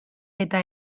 eta